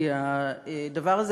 כי הדבר הזה,